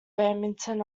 badminton